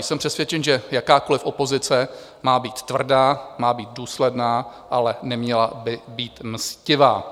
Jsem přesvědčen, že jakákoliv opozice má být tvrdá, má být důsledná, ale neměla by být mstivá.